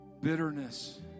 bitterness